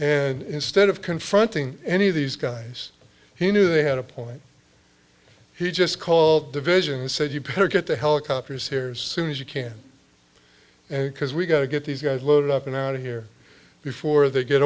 and instead of confronting any of these guys he knew they had a point he just called division and said you better get the helicopters here soon as you can and because we've got to get these guys loaded up and out of here before they get